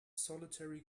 solitary